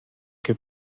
que